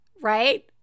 right